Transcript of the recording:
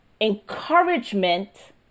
encouragement